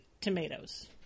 tomatoes